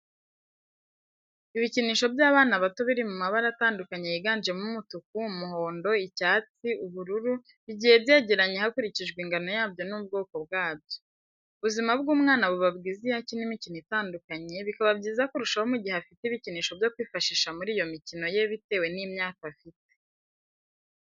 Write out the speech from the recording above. Ibikinisho by'abana bato biri mu mabara atandukanye yiganjemo umutuku, umuhondo, icyatsi, ubururu, bigiye byegeranye hakurikijwe ingano yabyo n'ubwoko bwabyo. Ubuzima bw'umwana buba bwiza iyo akina imikino itandukanye, bikaba byiza kurushaho mu gihe afite ibikinisho byo kwifashisha muri iyo mikino ye bitewe n'imyaka afite.